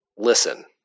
listen